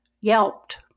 yelped